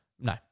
No